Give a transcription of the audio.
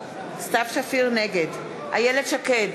נגד איילת שקד,